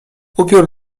upiór